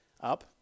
up